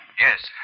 Yes